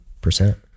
percent